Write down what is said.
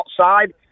outside